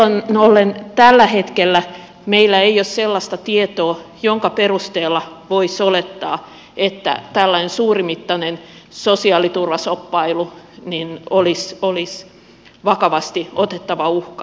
näin ollen tällä hetkellä meillä ei ole sellaista tietoa jonka perusteella voisi olettaa että tällainen suurimittainen sosiaaliturvashoppailu olisi vakavasti otettava uhka